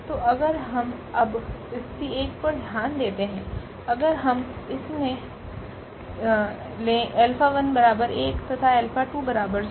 तो अगर हम अब स्थिति 1 पर ध्यान देते है अगर हम इसमे लेα1 1 तथा α2 0